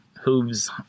hooves